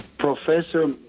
Professor